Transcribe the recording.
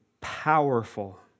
powerful